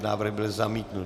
Návrh byl zamítnut.